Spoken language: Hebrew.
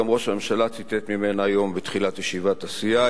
גם ראש הממשלה ציטט ממנה היום בתחילת ישיבת הסיעה,